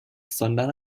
sondern